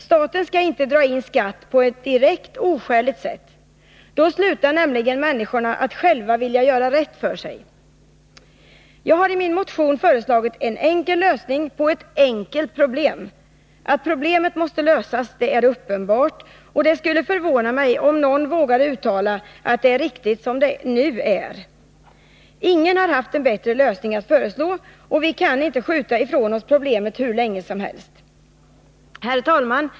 Staten skall inte dra in skatt på ett direkt oskäligt sätt. Då slutar nämligen människorna att själva vilja göra rätt för sig. Jag har i min motion föreslagit en enkel lösning på ett enkelt problem. Att problemet måste lösas är uppenbart, och det skulle förvåna mig om någon vågar uttala att det är riktigt som det nu är. Ingen har haft en bättre lösning att föreslå, och vi kan inte skjuta ifrån oss problemet hur länge som helst. Herr talman!